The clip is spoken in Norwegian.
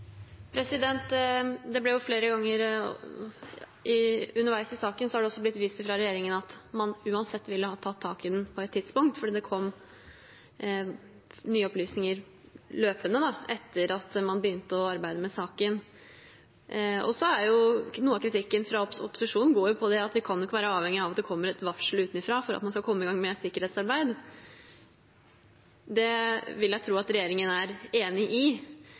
Underveis i saken har det også blitt vist fra regjeringen til at man uansett ville ha tatt tak i den på et tidspunkt, fordi det løpende kom nye opplysninger etter at man begynte å arbeide med saken. Noe av kritikken fra opposisjonen går på at man ikke kan være avhengig av at det kommer et varsel utenfra for at man skal komme i gang med et sikkerhetsarbeid, og det vil jeg tro at regjeringen er enig i.